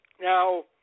Now